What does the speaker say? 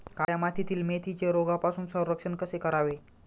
काळ्या मातीतील मेथीचे रोगापासून संरक्षण कसे करावे?